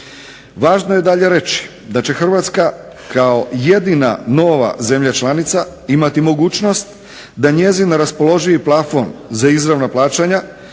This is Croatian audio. Važno je dalje reći da će Hrvatska kao jedina nova zemlja članica imati mogućnost da njezin raspoloživi plafon za izravna plaćanja